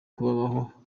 kubabaho